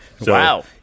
Wow